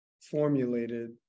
formulated